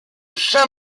saint